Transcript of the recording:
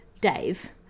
Dave